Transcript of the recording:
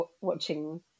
Watching